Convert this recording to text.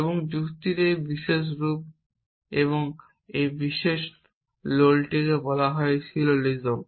এবং যুক্তির এই বিশেষ রূপ বা এই বিশেষ লোলটিকে বলা হয় সিলোজিজম